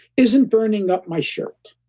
isn't burning up my shirt.